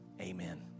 Amen